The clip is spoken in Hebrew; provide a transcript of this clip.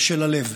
של הלב.